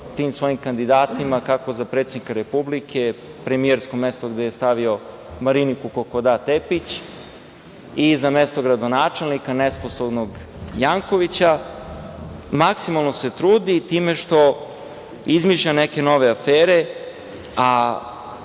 tim svojim kandidatima, kako za predsednika Republike, premijersko mesto gde je stavio Mariniku kokoda Tepić, i za mesto gradonačelnika, nesposobnog Jankovića, maksimalno se trudi time što izmišlja neke nove afere,